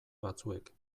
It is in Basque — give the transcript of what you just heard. batzuek